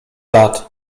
lat